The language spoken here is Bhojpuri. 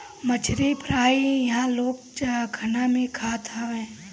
मछरी फ्राई इहां लोग चखना में खात हवे